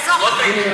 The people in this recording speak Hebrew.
לעזור לך.